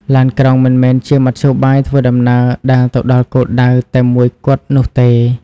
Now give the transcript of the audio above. ឡានក្រុងមិនមែនជាមធ្យោបាយធ្វើដំណើរដែលទៅដល់គោលដៅតែមួយគត់នោះទេ។